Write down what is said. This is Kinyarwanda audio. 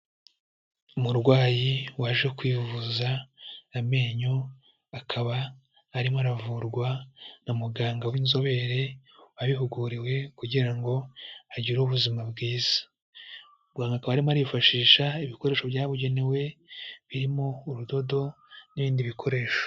Umurwayi waje kwivuza amenyo, akaba arimo aravurwa na muganga w'inzobere wabihuguriwe kugira ngo agire ubuzima bwiza. Muganga akaba arimo arifashisha ibikoresho byabugenewe, birimo urudodo n'ibindi bikoresho.